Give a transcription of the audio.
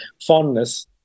fondness